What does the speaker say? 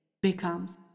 becomes